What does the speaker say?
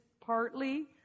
partly